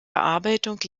bearbeitung